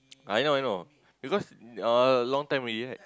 I know I know because uh long time already right